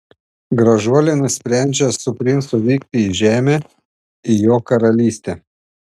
gražuolė nusprendžia su princu vykti į žemę į jo karalystę